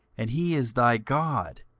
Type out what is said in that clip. and he is thy god,